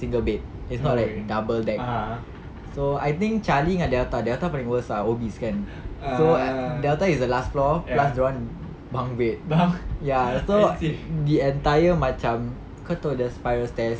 single bed is not like double deck so I think charlie and delta delta paling worst ah obese kan so delta is the last floor plus dorang bunk bed ya so the entire macam kau tahu the spiral stairs